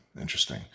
Interesting